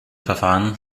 verfahren